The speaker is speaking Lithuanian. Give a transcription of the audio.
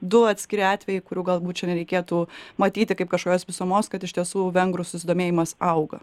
du atskiri atvejai kurių galbūt čia nereikėtų matyti kaip kažkokios visumos kad iš tiesų vengrų susidomėjimas auga